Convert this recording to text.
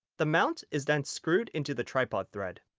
the mount is then screwed into the tripod thread.